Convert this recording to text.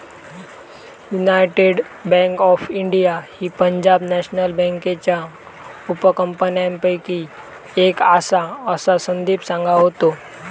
United bank of India ही Punjab national बँकेच्या उपकंपन्यांपैकी एक आसा, असा संदीप सांगा होतो